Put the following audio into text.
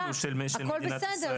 הכול בסדר,